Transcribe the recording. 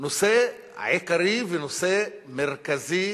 נושא עיקרי ונושא מרכזי